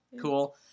Cool